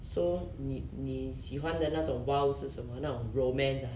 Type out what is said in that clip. so 你你喜欢的那种 !wow! 是什么那种 romance ah